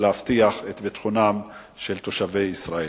ולהבטיח את ביטחונם של תושבי ישראל.